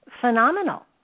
phenomenal